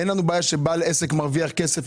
אין לנו בעיה שבעל עסק מרוויח כסף,